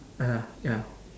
uh ya ya